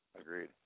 Agreed